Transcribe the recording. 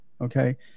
okay